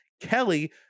Kelly